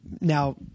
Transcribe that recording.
now